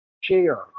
share